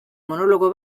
monologo